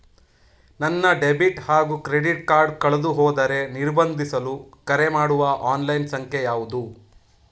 ನನ್ನ ಡೆಬಿಟ್ ಹಾಗೂ credit card ಕಳೆದುಹೋದರೆ ನಿರ್ಬಂಧಿಸಲು ಕರೆಮಾಡುವ ಆನ್ಲೈನ್ ಸಂಖ್ಯೆಯಾವುದು?